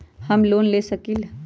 हम लोन ले सकील?